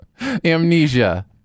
amnesia